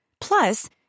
Plus